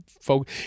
folk